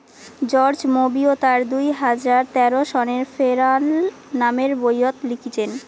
George Monbiot তার দুই হাজার তেরো সনের ফেরাল নামের বইয়ত লিখিচেন